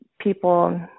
people